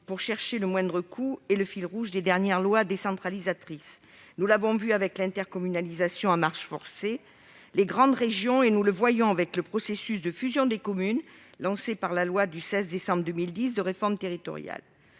pour économiser le moindre coût est le fil rouge des dernières lois décentralisatrices. Nous l'avons vu avec l'intercommunalisation à marche forcée et la création des grandes régions ; nous le voyons avec le processus de fusion des communes lancé par la loi du 16 décembre 2010 de réforme des